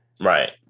Right